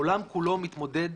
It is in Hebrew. העולם כולו מתמודד